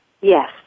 Yes